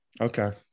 Okay